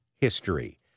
history